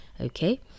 Okay